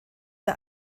der